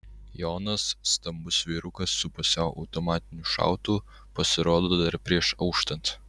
jonas stambus vyrukas su pusiau automatiniu šautuvu pasirodo dar prieš auštant